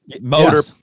motor